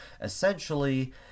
Essentially